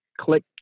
click